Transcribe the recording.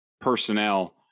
personnel